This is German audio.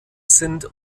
sind